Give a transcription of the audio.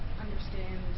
understand